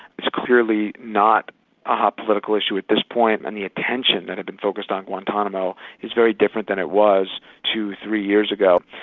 it's clearly not a hot political issue at this point, and the attention that had been focused on guantanamo is very different than it was two, two, three years ago.